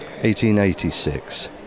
1886